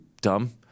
dumb